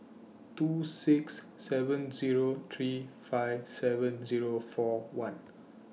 two six seven Zero three five seven Zero four one